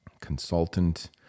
consultant